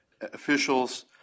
officials